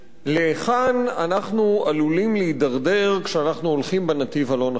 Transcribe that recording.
להיכן אנחנו עלולים להידרדר כשאנחנו הולכים בנתיב הלא-נכון,